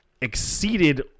exceeded